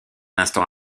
instant